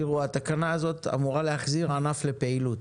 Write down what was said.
תראו, התקנה הזאת אמורה להחזיר ענף לפעילות.